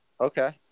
Okay